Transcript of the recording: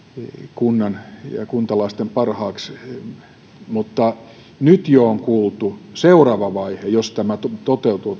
kunnan ja kuntalaisten parhaaksi mutta jo nyt on kuultu seuraava vaihe jos tämä uudistus toteutuu